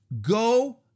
go